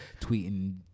tweeting